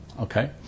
Okay